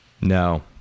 No